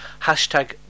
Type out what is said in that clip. hashtag